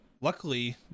luckily